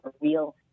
real